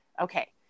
okay